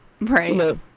Right